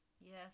Yes